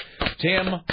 Tim